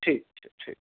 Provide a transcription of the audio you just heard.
ठीक छै ठीक